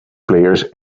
players